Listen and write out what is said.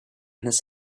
his